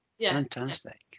Fantastic